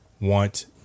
want